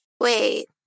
Wait